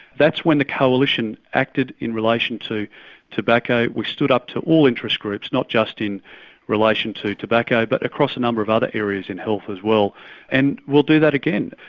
that's when the coalition acted in relation to tobacco, we stood up to all interest groups, not just in relation to tobacco but a number of other areas in health as well and we'll do that again.